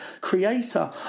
creator